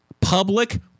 Public